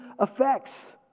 effects